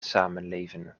samenleven